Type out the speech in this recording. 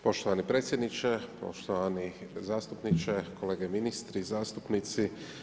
Poštovani predsjedniče, poštovani zastupniče, kolege ministri i zastupnici.